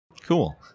Cool